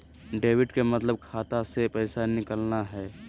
debit के मतलब खाता से पैसा निकलना हय